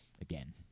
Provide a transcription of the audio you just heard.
again